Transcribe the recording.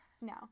no